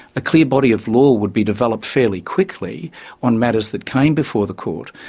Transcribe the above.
a clear body of law would be developed fairly quickly on matters that came before the court,